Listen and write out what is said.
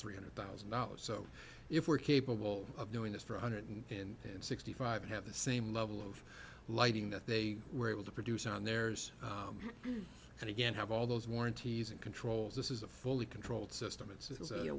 three hundred thousand dollars so if we're capable of doing this for a hundred and sixty five have the same level of lighting that they were able to produce on theirs and again have all those warranties and controls this is a fully controlled system